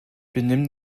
benimm